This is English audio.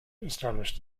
establish